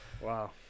Wow